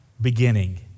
beginning